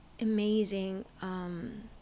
amazing